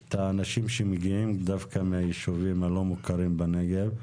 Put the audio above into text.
את האנשים שמגיעים דווקא מהיישובים הלא מוכרים בנגב.